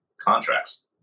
contracts